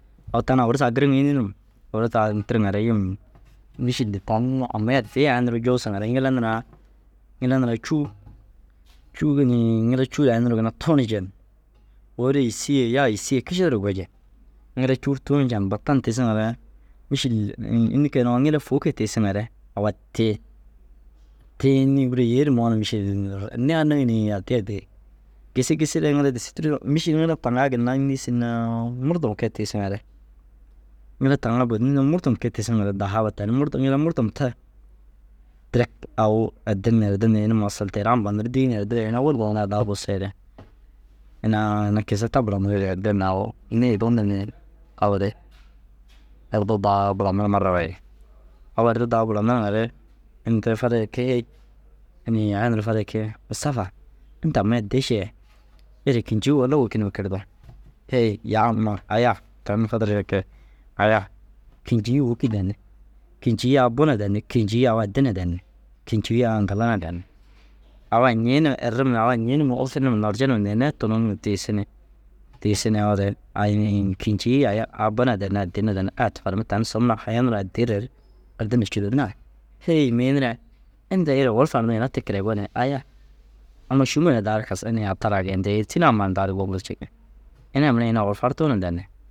Au tani owoni saga giriŋa înni num? Owoni saga tiriŋare yim mîšilli tani amii addii aya nuruu i juusuŋare ŋila nuraa, ŋila niraa cûu. Cûu ni ŋila cûu aya nuruu ginna tuun jen, ôora yîsii ye yaa yîsii ye kiši duro goji. Ŋila cûu ru tuun jen batan tigisiŋare mîšil înni kege nuŋoo? Ŋila fôu kege tigisiŋare au addii. Te înni? Gûro yêenimmoo mîšil niganig ni addii addii. Gisii gisiire ŋila disii tûrusu mûšil ŋila taŋaa ginna înni sin naa murdom kee tigisiŋare, ŋila taŋaa bonirii re murdom kee tigisiŋare dahaaba tani murdom ŋila murdom ta, te ke au addin na erdir ni ini masal teere amba nir dîi ni erdireere ina wurda niraa daa busseere inaa ina kiša ta bura nireere erdir na au nêe gonir ni erdir daa buranir marra wahid. Au erdir daa buranir ŋa re ini tirai farigire kegei, inii aya nuruu farigire kee « Musafa inda amii addii šee êre kûncigi walla wôki numa kirde » heyi yaamar aya tani fadirigire kee aya kîncii wôki danni. Kîncii au bu na danni, kîncii au addi na danni, kîncii au aŋkalle na danni. Au añii na errim ni au añii num eršen numa larje neerei tunuŋire tigisi ni, tiisinoore ai ini in kîncii aya au bu na danni addi na danni. Ai tufarimmi tani sob na haya nuruu addiire ru erdir na cûro naa. « hêyi mii niree inda êre owor farniŋ ina tikira gonee » aya amma šûmo na daa ini atalaa geentii tîna ammaa inda ru woo buru tikire. Ini ai mire ini owor fartuu na danni